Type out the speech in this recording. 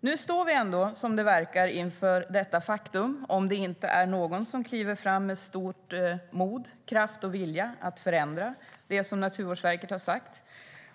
Nu står vi ändå, som det verkar, inför detta faktum - om det inte är någon som kliver fram med stort mod, kraft och vilja att förändra det som Naturvårdsverket har sagt.